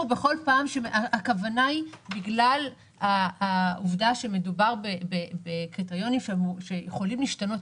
בגלל העובדה שמדובר בקריטריונים שיכולים להשתנות,